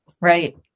Right